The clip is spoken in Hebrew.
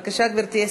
גברתי.